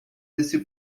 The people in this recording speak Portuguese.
desse